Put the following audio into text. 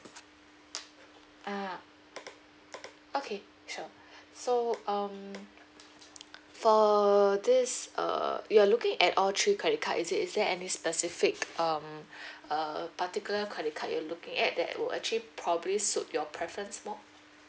ah okay sure so um for this uh you're looking at all three credit card is it is there any specific um uh particular credit card you're looking at that will actually probably suit your preference more